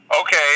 okay